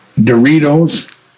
Doritos